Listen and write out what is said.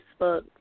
Facebook